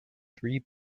three